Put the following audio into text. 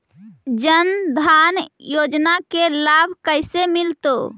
जन धान योजना के लाभ कैसे मिलतै?